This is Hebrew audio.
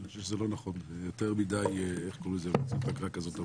אני חושב שזה לא נכון, זה יותר מדיי פגרה ארוכה.